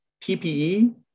PPE